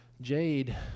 Jade